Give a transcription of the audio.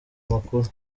amakuru